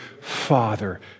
father